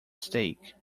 stake